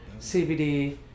cbd